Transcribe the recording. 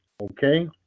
okay